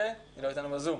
איתנו בזום.